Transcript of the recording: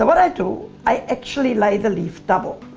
ah but i do, i actually lay the leaf double,